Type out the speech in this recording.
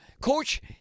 coach